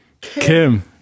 Kim